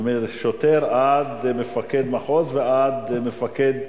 ומשוטר עד מפקד מחוז ועד מפקד,